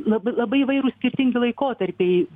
labai labai įvairūs skirtingi laikotarpiai